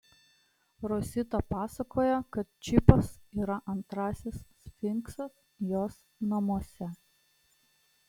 rosita pasakoja kad čipas yra antrasis sfinksas jos namuose